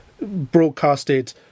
broadcasted